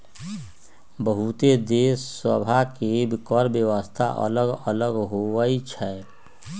बहुते देश सभ के कर व्यवस्था अल्लग अल्लग होई छै